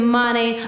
money